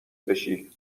بشی